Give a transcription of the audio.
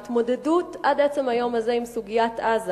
ההתמודדות, עד עצם היום הזה, עם סוגיית עזה